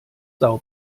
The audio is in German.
sao